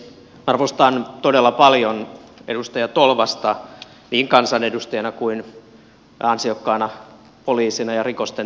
arvostan todella paljon edustaja tolvasta niin kansanedustajana kuin ansiokkaana poliisina ja rikosten tutkijana